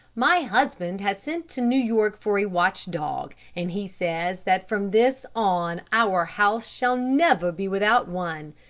my husband has sent to new york for a watchdog, and he says that from this on our house shall never be without one.